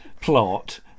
plot